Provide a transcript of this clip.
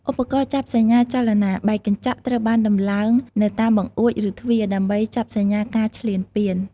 ឧបករណ៍ចាប់សញ្ញាចលនា បែកកញ្ចក់ ត្រូវបានដំឡើងនៅតាមបង្អួច ឬទ្វារ ដើម្បីចាប់សញ្ញាការឈ្លានពាន។